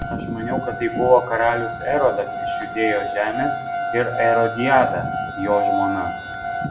aš maniau kad tai buvo karalius erodas iš judėjos žemės ir erodiada jo žmona